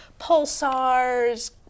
pulsars